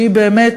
שהיא באמת